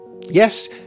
Yes